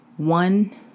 One